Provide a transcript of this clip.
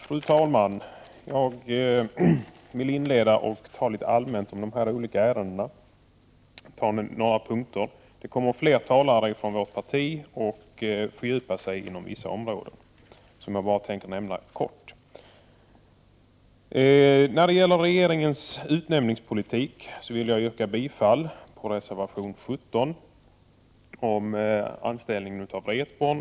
Fru talman! Jag vill inledningsvis litet allmänt beröra några av de punkter som nu behandlas. Flera talare från vårt parti kommer att fördjupa sig på vissa områden, som jag tänker nämna bara helt kort. När det gäller regeringens utnämningspolitik vill jag yrka bifall till reservation 17 vid punkt A 15, om anställningen av Wretborn.